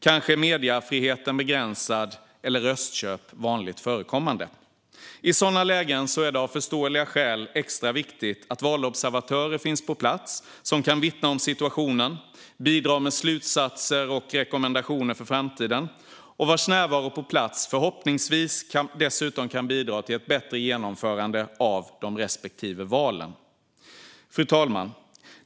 Kanske är mediefriheten begränsad eller röstköp vanligt förekommande. I sådana lägen är det av förståeliga skäl extra viktigt att valobservatörer finns på plats som kan vittna om situationen och bidra med slutsatser och rekommendationer för framtiden och vars närvaro på plats förhoppningsvis dessutom kan bidra till ett bättre genomförande av de respektive valen. Fru talman!